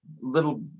little